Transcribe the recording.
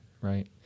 Right